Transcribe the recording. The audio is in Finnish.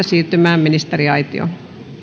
siirtymään ministeriaitioon